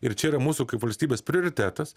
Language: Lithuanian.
ir čia yra mūsų kaip valstybės prioritetas